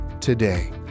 today